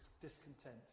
discontent